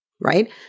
right